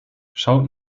schaut